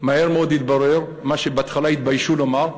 מהר מאוד התברר מה שבהתחלה התביישו לומר: